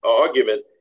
argument